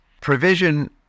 Provision